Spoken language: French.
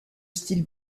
style